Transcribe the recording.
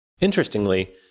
Interestingly